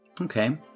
Okay